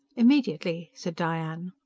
immediately, said diane.